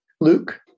Luke